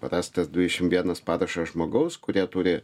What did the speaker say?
rastas dvidešim vienas parašas žmogaus kurie turi